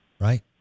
right